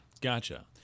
gotcha